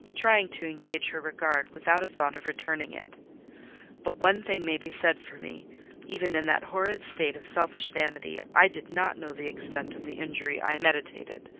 trying to engage her regard, without a thought of returning it but one thing may be said for me even in that horrid state of selfish vanity, i did not know the extent of the injury i meditated,